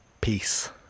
Peace